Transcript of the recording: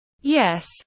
Yes